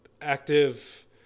active